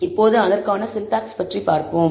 இப்போது அதற்கான சின்டெக்ஸ் பற்றி பார்ப்போம்